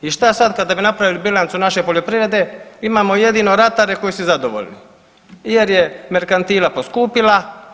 I šta sad kada bi napravili bilancu naše poljoprivrede imamo jedino ratare koji su zadovoljni jer je merkantila poskupila.